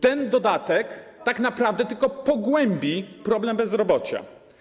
Ten dodatek tak naprawdę tylko pogłębi problem bezrobocia.